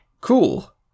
Cool